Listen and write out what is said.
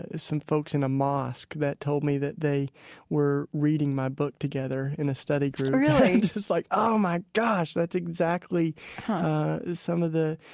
ah some folks in a mosque that told me that they were reading my book together in a study group really? it's like, oh my gosh. that's exactly some of the,